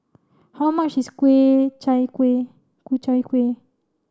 how much is Chai Kuih Ku Chai Kuih